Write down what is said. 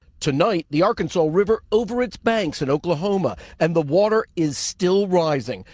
tonight, the arkansas river over its banks in oklahoma and the water is still rising.